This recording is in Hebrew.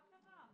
מה קרה?